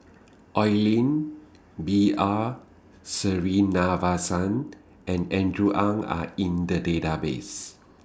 Oi Lin B R Sreenivasan and Andrew Ang Are in The Database